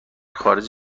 خارج